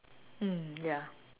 mm ya